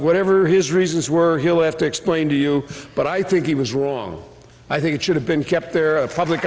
whatever his reasons were he'll have to explain to you but i think he was wrong i think it should have been kept there a public